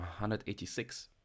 186